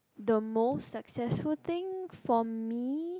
the most successful thing for me